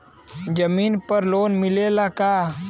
जमीन पर लोन मिलेला का?